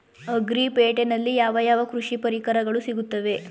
Agri ಪೇಟೆನಲ್ಲಿ ಯಾವ ಯಾವ ಕೃಷಿ ಪರಿಕರಗಳು ಸಿಗುತ್ತವೆ?